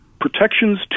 Protections